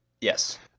Yes